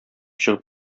чыгып